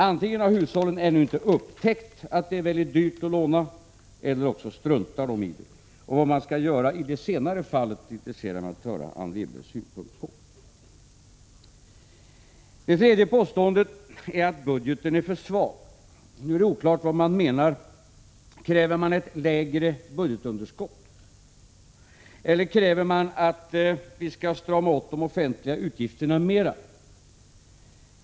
Antingen har hushållen ännu inte upptäckt att det är väldigt dyrt att låna, eller också struntar de i det. Det intresserar mig att höra Anne Wibbles synpunkt på vad man skall göra i det senare fallet. Det tredje påståendet är att budgeten är för svag. Nu är det oklart vad man menar. Kräver man ett lägre budgetunderskott? Eller kräver man att vi skall strama åt de offentliga utgifterna mera?